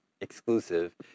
exclusive